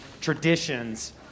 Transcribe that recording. traditions